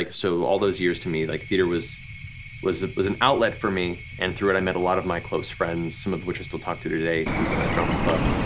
like so all those years to me, like theater was was an outlet for me, and through it i met a lot of my close friends, some of which i still talk to to today through the drama club.